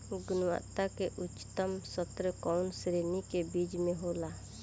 गुणवत्ता क उच्चतम स्तर कउना श्रेणी क बीज मे होला?